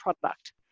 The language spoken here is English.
product